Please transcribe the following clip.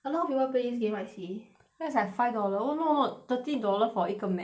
a lot of people plays this game I see that's like five dollar oh no thirty dollar for 一个 map